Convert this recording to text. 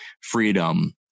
freedom